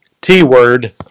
T-word